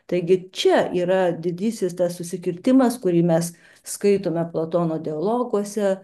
taigi čia yra didysis tas susikirtimas kurį mes skaitome platono dialoguose